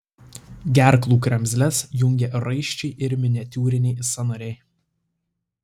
gerklų kremzles jungia raiščiai ir miniatiūriniai sąnariai